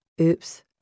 oops